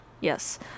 Yes